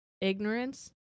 Ignorance